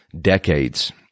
decades